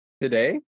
today